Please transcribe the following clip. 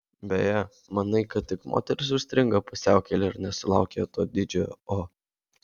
beje manai kad tik moterys užstringa pusiaukelėje ir nesulaukia to didžiojo o